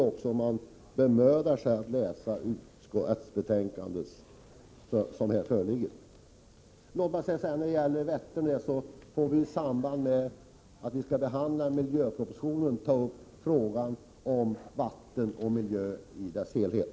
Om man bemödar sig om att läsa det nu förevarande betänkandet, finner man också att detta är redovisat där. Vad gäller Vättern vill jag säga att vi i samband med att vi skall behandla miljöproblemen får ta upp frågan om vatten och miljö i dess helhet.